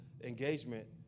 engagement